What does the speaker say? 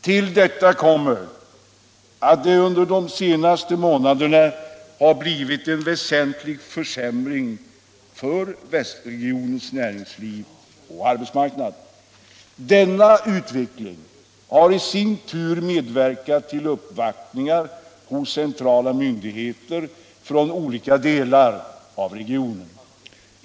Till detta kommer att det under de senaste månaderna har blivit en väsentlig försämring för västregionens näringsliv och arbetsmarknad. Denna utveckling har i sin tur medverkat till uppvaktningar hos centrala myndigheter från olika delar av regionen.